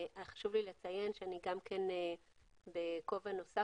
חשוב לי לציין שאני גם בכובע נוסף.